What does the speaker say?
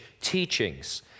teachings